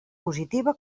positiva